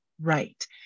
right